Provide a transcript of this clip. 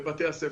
לבתי הספר.